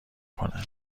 کنن